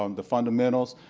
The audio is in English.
um the fundamentals,